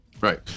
Right